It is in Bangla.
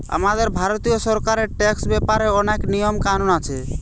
আমাদের ভারতীয় সরকারের ট্যাক্স ব্যাপারে অনেক নিয়ম কানুন আছে